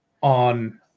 on